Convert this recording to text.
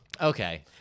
Okay